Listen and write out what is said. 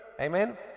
Amen